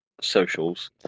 socials